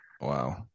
Wow